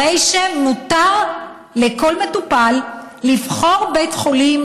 הרי שמותר לכל מטופל לבחור בית חולים,